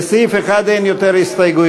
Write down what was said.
לסעיף 1 אין עוד הסתייגויות,